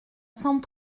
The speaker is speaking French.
cent